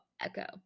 Echo